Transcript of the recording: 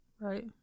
right